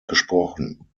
gesprochen